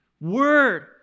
word